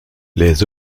les